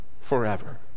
forever